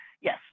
yes